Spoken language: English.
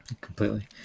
Completely